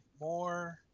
more